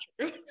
true